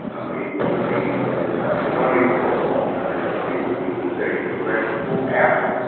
i'm able to be and it's only because of long term recovery i'm able to be the executive director sort of apaa,